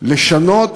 לשנות